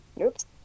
Oops